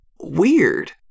weird